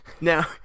Now